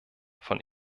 von